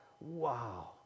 Wow